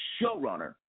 showrunner